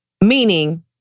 Meaning